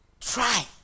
try